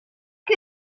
que